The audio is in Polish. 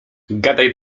gadaj